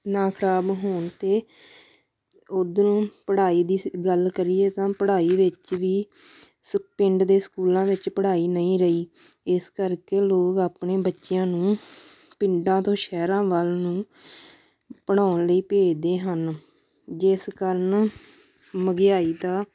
ਨਾ ਖਰਾਬ ਹੋਣ ਅਤੇ ਉੱਧਰੋਂ ਪੜ੍ਹਾਈ ਦੀ ਗੱਲ ਕਰੀਏ ਤਾਂ ਪੜ੍ਹਾਈ ਵਿੱਚ ਵੀ ਸਕ ਪਿੰਡ ਦੇ ਸਕੂਲਾਂ ਵਿੱਚ ਪੜ੍ਹਾਈ ਨਹੀਂ ਰਹੀ ਇਸ ਕਰਕੇ ਲੋਕ ਆਪਣੇ ਬੱਚਿਆਂ ਨੂੰ ਪਿੰਡਾਂ ਤੋਂ ਸ਼ਹਿਰਾਂ ਵੱਲ ਨੂੰ ਪੜ੍ਹਾਉਣ ਲਈ ਭੇਜਦੇ ਹਨ ਜਿਸ ਕਾਰਨ ਮਹਿੰਗਾਈ ਦਾ